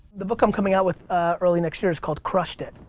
the book i'm coming out with early next year is called crushed it!